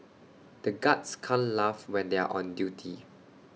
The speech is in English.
the guards can't laugh when they are on duty